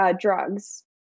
drugs